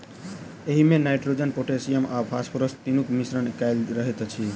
एहिमे nitrogen, potassium आ phosphorus तीनूक मिश्रण कएल रहैत अछि